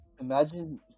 Imagine